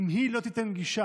ואם היא לא תיתן גישה